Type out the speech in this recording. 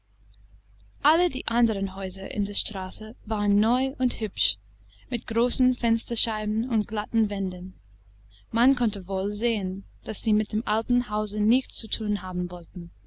alle die anderen häuser in der straße waren neu und hübsch mit großen fensterscheiben und glatten wänden man konnte wohl sehen daß sie mit dem alten hause nichts zu thun haben wollten